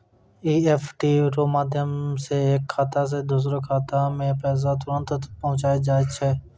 EFT रो माध्यम से एक खाता से दोसरो खातामे पैसा तुरंत पहुंचि जाय छै